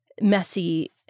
messy